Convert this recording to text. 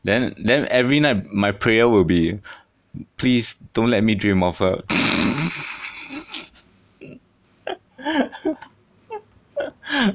then then every night my prayer will be please don't let me dream of her